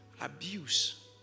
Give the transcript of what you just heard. Abuse